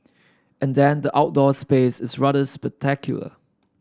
and then the outdoor space is rather spectacular